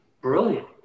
Brilliant